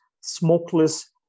Smokeless